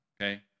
okay